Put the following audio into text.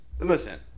Listen